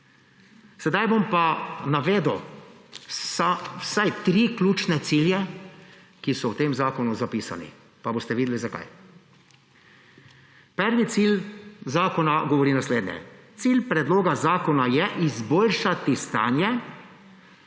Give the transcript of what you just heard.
Sedaj bom pa navedel vsaj tri ključne cilje, ki so v tem zakonu zapisani. Pa boste videli, zakaj. Prvi cilj zakona. Cilj predloga zakona je izboljšati stanje